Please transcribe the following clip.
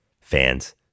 fans